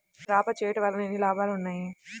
ఈ క్రాప చేయుట వల్ల ఎన్ని లాభాలు ఉన్నాయి?